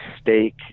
steak